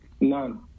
None